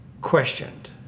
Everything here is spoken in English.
questioned